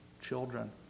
children